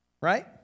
Right